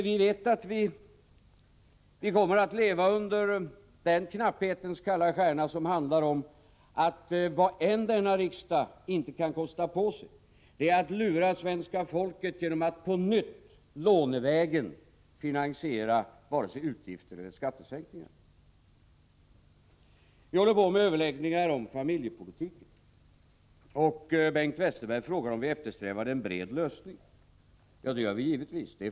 Vi vet att vi kommer att leva under den knapphetens kalla stjärna som innebär att vad än denna riksdag kan kosta på sig så inte är det att lura svenska folket genom att på nytt lånevägen finansiera vare sig utgifter eller skattesänkningar. Vi håller på med överläggningar om familjepolitiken, och Bengt Westerberg frågar om vi eftersträvar en bred lösning. Ja, det gör vi givetvis.